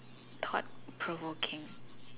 thought provoking